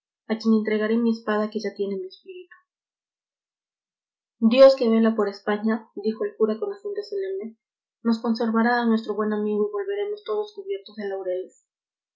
a quien entregaré mi espada y que ya tiene mi espíritu dios que vela por españa dijo el cura con acento solemne nos conservará a nuestro buen amigo y volveremos todos cubiertos de laureles